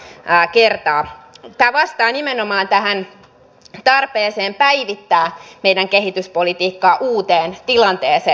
tämä vastaa nimenomaan tähän tarpeeseen päivittää meidän kehityspolitiikkaa uuteen tilanteeseen